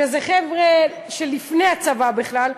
שזה חבר'ה שלפני הצבא בכלל,